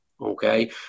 Okay